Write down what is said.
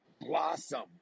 blossom